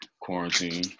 quarantine